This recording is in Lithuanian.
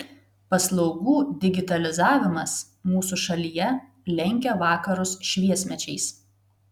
paslaugų digitalizavimas mūsų šalyje lenkia vakarus šviesmečiais